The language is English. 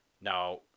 now